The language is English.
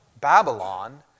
Babylon